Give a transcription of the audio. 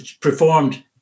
performed